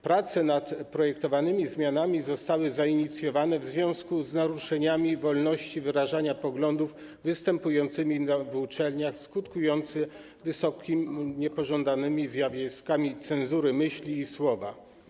Prace nad projektowanymi zmianami zostały zainicjowane w związku z naruszeniami wolności wyrażania poglądów występującymi na uczelniach, skutkującymi wysoce niepożądanymi zjawiskami cenzury myśli i słowa.